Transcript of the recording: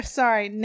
sorry